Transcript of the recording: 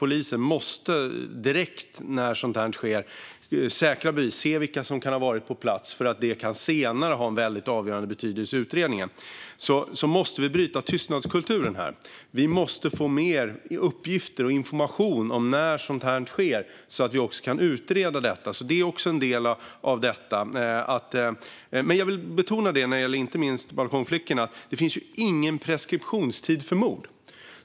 Polisen måste direkt när sådant här sker säkra bevis och se vilka som kan ha varit på plats, för det kan senare ha en avgörande betydelse i utredningen. Vi måste också bryta tystnadskulturen här. Vi måste få mer uppgifter och information när sådant här sker, så att vi kan utreda det. Det är också en del av detta. Inte minst när det gäller balkongflickorna vill jag betona att det inte finns någon preskriptionstid för mord.